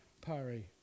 Pari